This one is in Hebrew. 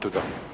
תודה.